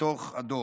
מתוך הדוח.